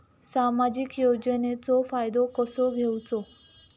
सामाजिक योजनांचो फायदो कसो घेवचो?